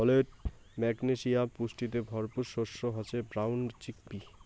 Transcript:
folate, magnesium পুষ্টিতে ভরপুর শস্য হসে ব্রাউন চিকপি